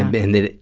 and then,